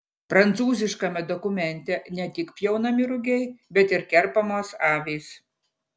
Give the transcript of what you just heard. prancūziškame dokumente ne tik pjaunami rugiai bet ir kerpamos avys